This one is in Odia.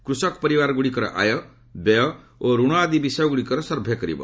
କୃଷକ ପରିବାରଗୁଡ଼ିକର ଆୟ ବ୍ୟୟ ଓ ଋଣ ଆଦି ବିଷୟଗୁଡ଼ିକର ସର୍ଭେ କରିବ